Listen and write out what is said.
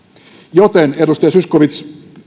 joten edustaja zyskowicz